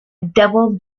double